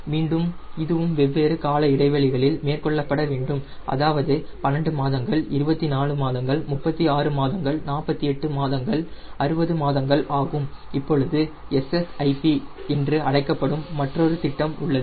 மீண்டும் இதுவும் வெவ்வேறு கால இடைவெளிகளில் மேற்கொள்ளப்பட வேண்டும் அதாவது 12 மாதங்கள் 24 மாதங்கள் 36 மாதங்கள் 48 மாதங்கள் 60 மாதங்கள் ஆகும் இப்பொழுது SSIP என்று அழைக்கப்படும் மற்றொரு திட்டம் உள்ளது